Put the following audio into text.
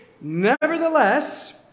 Nevertheless